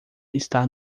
está